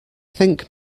think